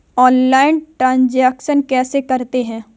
Online transaction कैसे करते हैं?